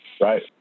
Right